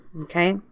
Okay